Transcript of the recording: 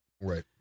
Right